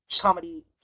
comedy